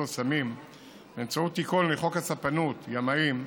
או סמים באמצעות תיקון לחוק הספנות (ימאים)